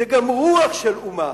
זה גם רוח של אומה.